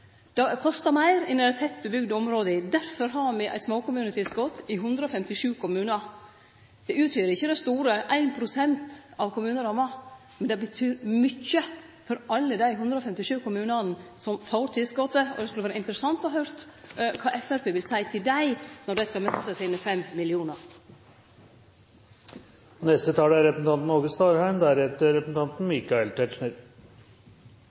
Det kostar meir enn i dei tettbygde områda. Derfor har me eit småkommunetilskot i 157 kommunar. Det utgjer ikkje det store – 1 pst. av kommuneramma, men det betyr mykje for alle dei 157 kommunane som får tilskotet. Det skulle ha vore interessant å høyre kva Framstegspartiet vil seie til dei når dei skal miste sine